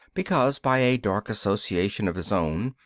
because, by a dark association of his own,